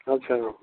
अच्छा